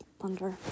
thunder